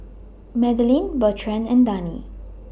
Madelene Bertrand and Dani